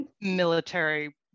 military